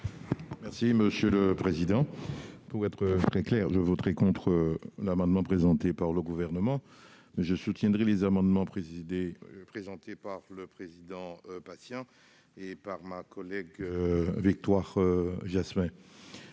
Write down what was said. explication de vote. Pour être très clair, je voterai contre l'amendement présenté par le Gouvernement, mais je soutiendrai les amendements présentés par le président Patient et par ma collègue Victoire Jasmin.